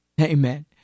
Amen